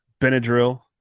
Benadryl